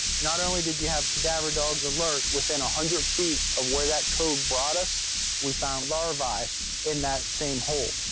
not only did you have cadaver dogs alert within one hundred feet of where that code brought us we found larvae in that same hole.